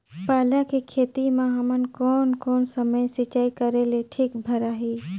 पाला के खेती मां हमन कोन कोन समय सिंचाई करेले ठीक भराही?